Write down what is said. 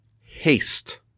haste